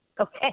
Okay